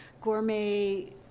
gourmet